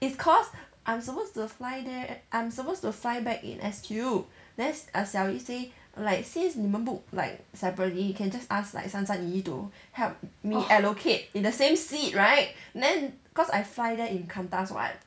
it's cause I'm supposed to fly there I'm supposed to fly back in S_Q then uh 小姨 say like since 你们 book like separately can just ask like 三三姨 to help me allocate in the same seat right then cause I fly there in qantas [what]